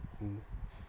mmhmm